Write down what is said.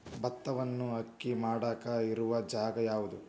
ಭತ್ತವನ್ನು ಅಕ್ಕಿ ಮಾಡಾಕ ಇರು ಜಾಗ ಯಾವುದು?